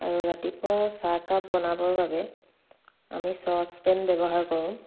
আৰু ৰাতিপুৱা চাহ কাপ বনাবৰ বাবে আমি চচপেন ব্যৱহাৰ কৰোঁ